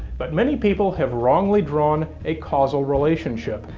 but many people have wrongly drawn a causal relationship,